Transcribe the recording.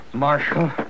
marshal